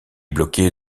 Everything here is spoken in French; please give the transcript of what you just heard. bloqué